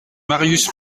marius